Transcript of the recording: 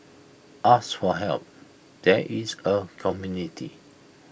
ask for help there is A community